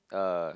uh